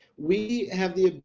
we have the